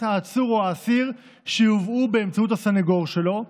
העצור או האסיר שהובאה באמצעות הסנגור שלו,